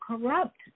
corrupt